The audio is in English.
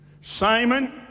Simon